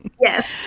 Yes